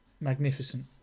magnificent